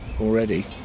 already